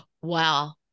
Wow